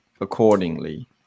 accordingly